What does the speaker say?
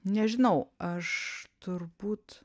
nežinau aš turbūt